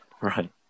Right